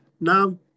Now